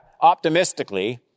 optimistically